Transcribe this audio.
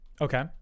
Okay